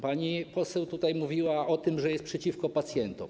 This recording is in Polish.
Pani poseł tutaj mówiła o tym, że jest przeciwko pacjentom.